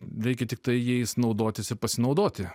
reikia tiktai jais naudotis ir pasinaudoti